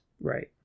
right